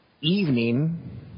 evening